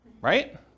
Right